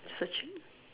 searching